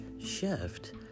shift